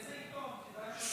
באיזה עיתון?